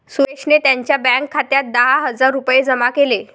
सुरेशने त्यांच्या बँक खात्यात दहा हजार रुपये जमा केले